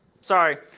Sorry